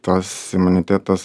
tas imunitetas